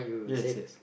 yes yes